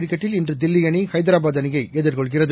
கிரிக்கெட்டில் இன்று தில்லி அணி ஹைதராபாத் அணியை எதிர்கொள்கிறது